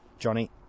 Johnny